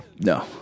No